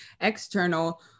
external